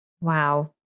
wow